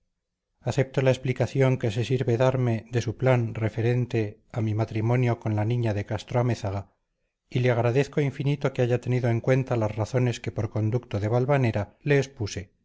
acepto la explicación que se sirve darme de su plan referente a mi matrimonio con la niña de castro-amézaga y le agradezco infinito que haya tenido en cuenta las razones que por conducto de valvanera le expuse